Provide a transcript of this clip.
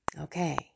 Okay